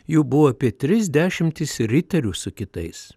jų buvo apie tris dešimtis riterių su kitais